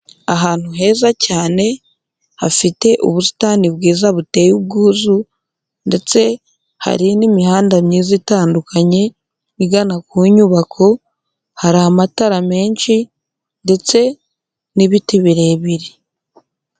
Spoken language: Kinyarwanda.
Ahantu heza cyane hafite ubusitani bwiza buteye ubwuzu, ndetse hari n'imihanda myiza itandukanye igana ku nyubako, hari amatara menshi, ndetse n'ibiti birebire.